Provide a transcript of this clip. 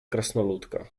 krasnoludka